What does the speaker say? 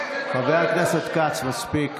חבר הכנסת כץ, מספיק.